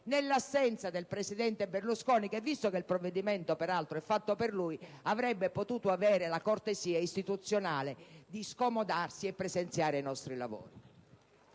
nell'assenza del presidente Berlusconi che, visto che il provvedimento peraltro è fatto per lui, avrebbe potuto avere la cortesia istituzionale di scomodarsi e di presenziare ai nostri lavori.